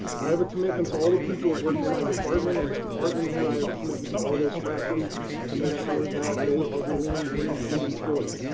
i have a commitment to all the people that work in my department and as department head i have a commitment to all those faculty to make sure that they ah remain gainfully employed,